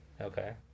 Okay